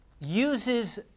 uses